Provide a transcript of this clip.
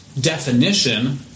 definition